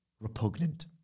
repugnant